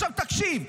עכשיו, תקשיב,